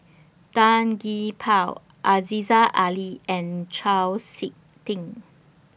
Tan Gee Paw Aziza Ali and Chau Sik Ting